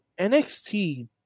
NXT